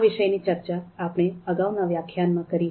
આ વિષયની ચર્ચા આપણે અગાઉના વ્યાખ્યાનમાં કરી હતી